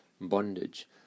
bondage